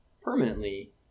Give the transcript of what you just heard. permanently